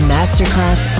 Masterclass